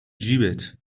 جیبت